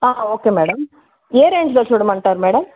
ఒకే madam ఏ రేంజులో చూడమంటారు మ్యాడమ్